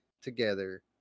together